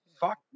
fuck